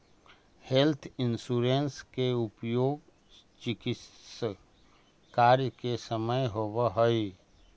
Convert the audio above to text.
health insurance के उपयोग चिकित्स कार्य के समय होवऽ हई